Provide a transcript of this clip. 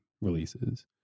releases